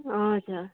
हजुर